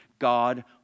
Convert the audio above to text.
God